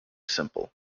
simple